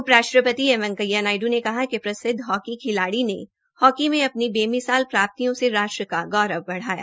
उप राष्ट्रपति एम वेकैंया नायडू कहा कि प्रसिद्व हॉकी खिलाड़ी बलबीर सिंह ने हॉकी मैं बेमिसाल प्राप्तियों से राष्ट्र का गौरव बढ़ाया